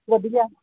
ਵਧੀਆ